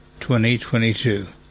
2022